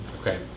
Okay